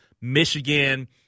Michigan